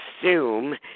assume